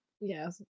Yes